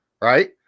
right